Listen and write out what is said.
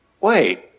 wait